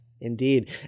indeed